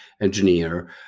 engineer